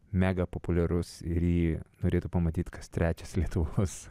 mega populiarus ir jį norėtų pamatyti kas trečias lietuvos